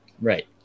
Right